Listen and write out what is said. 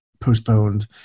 postponed